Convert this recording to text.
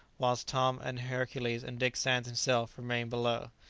whilst tom and hercules, and dick sands himself remained below.